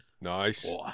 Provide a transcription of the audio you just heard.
Nice